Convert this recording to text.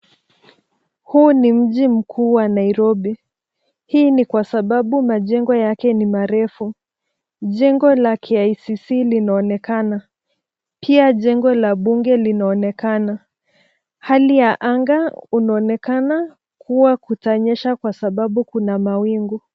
Huu ni mji mkuu wa nairobi, hii ni kwa sababu majengo yake ni marefu, jengo la KICC linaonekana pia jengo la bunge linaonekana. Hali ya anga inaonekana kuwa kutanyesha kwa sababu kuna mawingu.